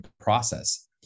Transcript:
process